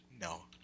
No